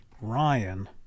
Ryan